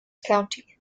county